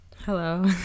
Hello